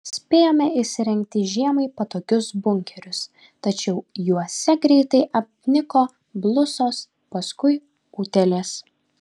spėjome įsirengti žiemai patogius bunkerius tačiau juose greitai apniko blusos paskui utėlės